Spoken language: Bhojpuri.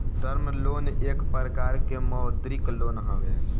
टर्म लोन एक प्रकार के मौदृक लोन हवे